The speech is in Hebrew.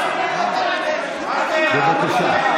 בבקשה.